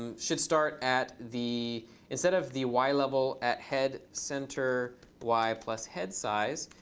um should start at the instead of the y level at head center y plus head size,